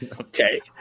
Okay